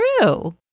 true